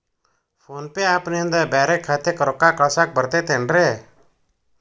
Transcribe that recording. Phone pay app ನಿಂದ ಬ್ಯಾರೆ ಖಾತೆಕ್ ರೊಕ್ಕಾ ಕಳಸಾಕ್ ಬರತೈತೇನ್ರೇ?